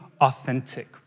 authentic